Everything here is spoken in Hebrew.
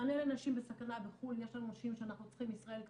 מענה לנשים בסכנה בחו"ל ישראל קטנה,